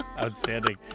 Outstanding